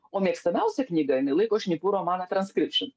o mėgstamiausia knyga ji laiko šnipų romaną transkripšen